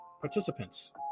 participants